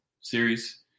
series